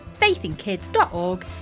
faithinkids.org